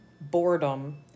boredom